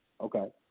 okay